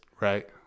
right